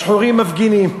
השחורים מפגינים.